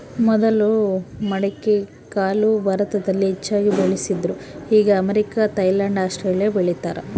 ಮೊದಲು ಮಡಿಕೆಕಾಳು ಭಾರತದಲ್ಲಿ ಹೆಚ್ಚಾಗಿ ಬೆಳೀತಿದ್ರು ಈಗ ಅಮೇರಿಕ, ಥೈಲ್ಯಾಂಡ್ ಆಸ್ಟ್ರೇಲಿಯಾ ಬೆಳೀತಾರ